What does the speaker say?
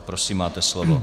Prosím, máte slovo.